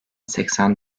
seksen